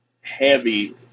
heavy